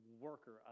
worker